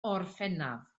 orffennaf